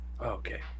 okay